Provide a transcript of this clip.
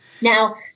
Now